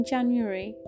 January